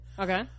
Okay